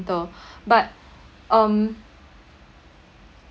but um